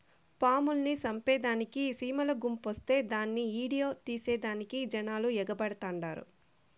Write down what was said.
పాముల్ని సంపేదానికి సీమల గుంపొస్తే దాన్ని ఈడియో తీసేదానికి జనాలు ఎగబడతండారు